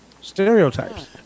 Stereotypes